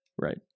right